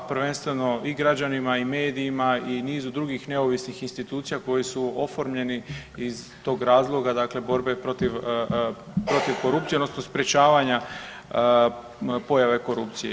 Prvenstveno i građanima i medijima i nizu drugih neovisnih institucija koje su oformljeni iz tog razloga dakle borbe protiv, protiv korupcije odnosno sprječavanja pojave korupcije.